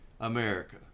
America